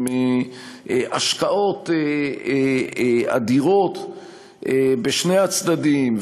עם השקעות אדירות בשני הצדדים,